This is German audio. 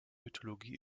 mythologie